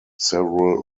several